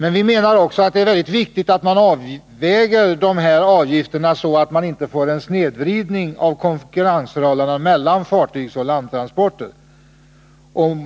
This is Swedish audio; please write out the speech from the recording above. Enligt vår mening är det väldigt viktigt att avgifterna avvägs så att man inte får en snedvridning av konkurrensförhållandena mellan fartygsoch landtransporter.